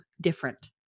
different